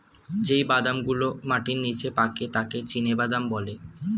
যেই বাদাম গুলো মাটির নিচে পাকে তাকে চীনাবাদাম বলে